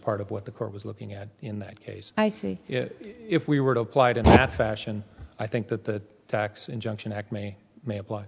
part of what the court was looking at in that case i see if we were to apply it in that fashion i think that the tax injunction acme may apply